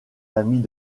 amis